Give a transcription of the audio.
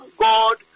God